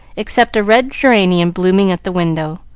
except a red geranium blooming at the window.